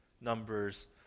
Numbers